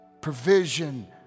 Provision